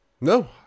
No